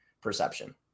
perception